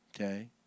okay